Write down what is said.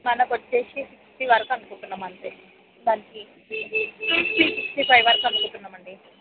మనకు వచ్చి సిక్స్టి వరకు అనుకుంటున్నాము అంతే మంత్కి సిక్స్టి సిక్స్టి ఫైవ్ వరకు అనుకుంటున్నాము అండి